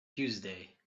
tuesday